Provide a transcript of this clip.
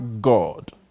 God